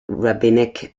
rabbinic